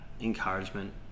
encouragement